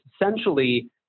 essentially